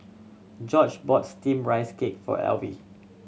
George bought Steamed Rice Cake for Elvie